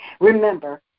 Remember